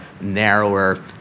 narrower